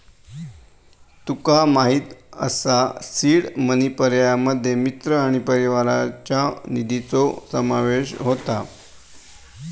तुका माहित असा seed money पर्यायांमध्ये मित्र आणि परिवाराच्या निधीचो समावेश होता